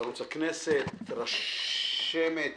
ערוץ הכנסת, רשמת.